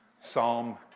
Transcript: Psalm